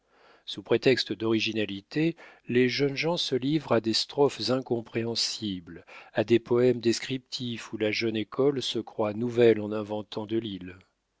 sous prétexte d'originalité les jeunes gens se livrent à des strophes incompréhensibles à des poèmes descriptifs où la jeune école se croit nouvelle en inventant delille